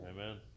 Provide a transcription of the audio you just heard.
Amen